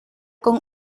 con